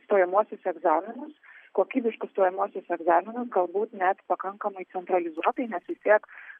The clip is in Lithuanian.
stojamuosius egzaminus kokybiškus stojamuosius egzaminus galbūt net pakankamai centralizuotai nes vis tiek